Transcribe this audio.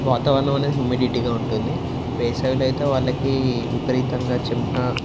వాతావరణం అనేది హూమిడిటీగా ఉంటుంది వేసవిలో అయితే వాళ్ళకి విపరీతంగా చెమట